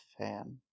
fan